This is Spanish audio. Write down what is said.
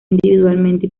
individualmente